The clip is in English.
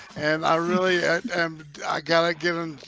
and i really i got a given.